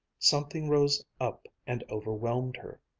something rose up and overwhelmed her.